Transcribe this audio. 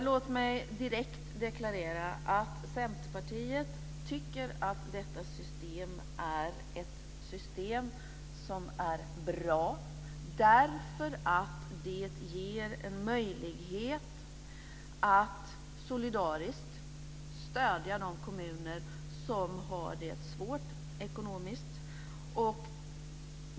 Låt mig direkt deklarera att Centerpartiet tycker att detta system är bra, därför att det ger en möjlighet att solidariskt stödja de kommuner som har det ekonomiskt svårt.